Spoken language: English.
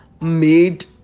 made